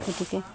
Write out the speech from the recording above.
গতিকে